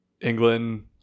England